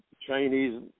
Chinese